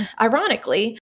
ironically